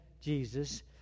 Jesus